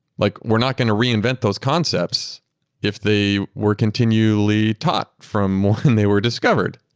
like we're not going to reinvent those concepts if they were continually taught from more than they were discovered.